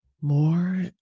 more